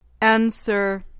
Answer